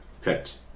picked